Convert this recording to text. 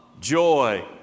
joy